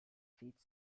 feet